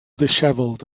dishevelled